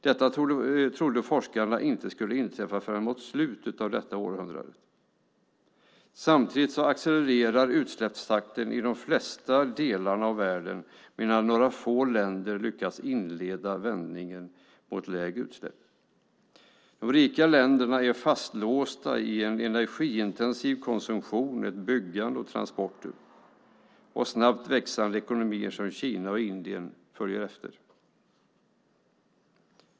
Detta trodde forskarna inte skulle inträffa förrän mot slutet av detta århundrade. Samtidigt accelererar utsläppstakten i de flesta delarna av världen, medan några få länder lyckats inleda vändningen mot lägre utsläpp. De rika länderna är fastlåsta i en energiintensiv konsumtion, ett byggande och transporter. Snabbt växande ekonomier som Kina och Indien följer efter.